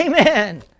Amen